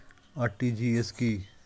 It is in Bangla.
আর.টি.জি.এস কি?